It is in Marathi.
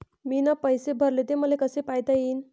मीन पैसे भरले, ते मले कसे पायता येईन?